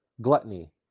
gluttony